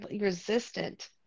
resistant